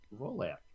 rollout